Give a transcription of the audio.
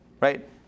Right